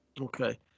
Okay